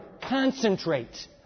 Concentrate